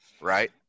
right